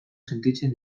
sentitzen